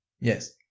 Yes